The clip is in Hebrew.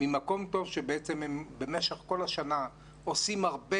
ממקום טוב כשבמשך כל השנה הם עושים הרבה